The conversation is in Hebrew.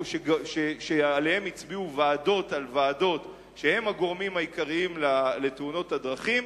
שעליהם הצביעו ועדות על ועדות שהם הגורמים העיקריים לתאונות דרכים,